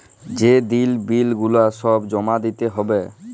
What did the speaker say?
যে দিন বিল গুলা সব জমা দিতে হ্যবে